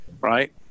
right